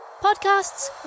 podcasts